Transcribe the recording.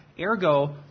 Ergo